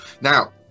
now